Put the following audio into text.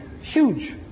huge